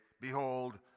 Behold